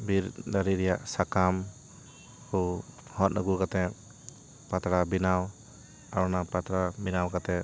ᱵᱤᱨ ᱫᱟᱨᱮ ᱨᱮᱭᱟᱜ ᱥᱟᱠᱟᱢ ᱠᱚ ᱦᱚᱫᱽ ᱟᱹᱜᱩ ᱠᱟᱛᱮ ᱯᱟᱛᱲᱟ ᱵᱮᱱᱟᱣ ᱟᱨ ᱚᱱᱟ ᱯᱟᱛᱲᱟ ᱵᱮᱱᱟᱣ ᱠᱟᱛᱮ